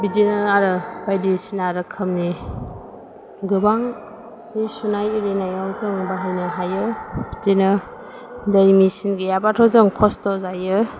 बिदिनो आरो बायदिसिना रोखोमनि गोबां जि सुनाय एरिनायाव जोङो बाहायनो हायो बिदिनो दै मेसिन गैयाबाथ' जों खस्थ' जायो